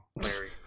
Larry